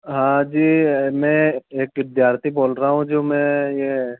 हाँ जी मैं एक विद्यार्थी बोल रहा हूँ जो मैं ये है